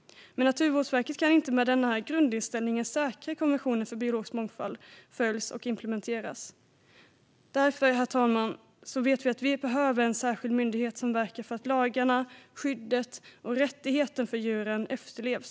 Men Naturvårdsverket kan med denna grundinställning inte säkra att konventionen för biologisk mångfald följs och implementeras. Därför vet vi, herr talman, att vi behöver en särskild myndighet som verkar för att lagarna, skyddet och rättigheterna för djuren efterlevs.